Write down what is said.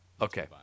Okay